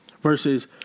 Versus